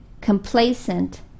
complacent